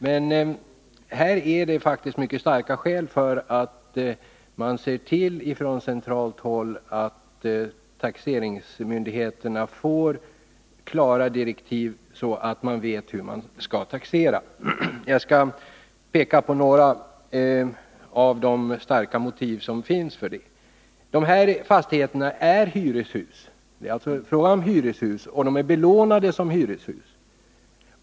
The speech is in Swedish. Men här finns det faktiskt mycket starka skäl för att man från centralt håll skall se till att taxeringsmyndigheterna får klara direktiv, så att de vet hur de skall taxera. Jag skall peka på några av dessa starka motiv. De fastigheter som berörs i min fråga är hyreshus och också belånade som sådana.